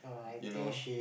you know